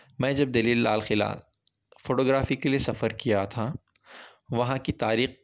میں جب دلہی لال قلعہ فوٹوگرافی کے لیے سفر کیا تھا وہاں کی تاریخ